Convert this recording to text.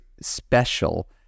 special